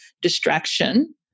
distraction